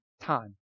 time